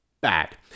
bad